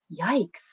Yikes